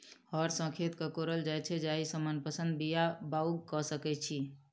हर सॅ खेत के कोड़ल जाइत छै जाहि सॅ मनपसंद बीया बाउग क सकैत छी